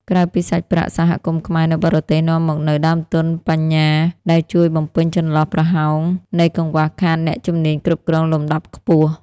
ក្រៅពីសាច់ប្រាក់ សហគមន៍ខ្មែរនៅបរទេស នាំមកនូវ "ដើមទុនបញ្ញា" ដែលជួយបំពេញចន្លោះប្រហោងនៃកង្វះខាតអ្នកជំនាញគ្រប់គ្រងលំដាប់ខ្ពស់។